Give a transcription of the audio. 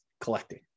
collecting